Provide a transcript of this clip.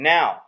Now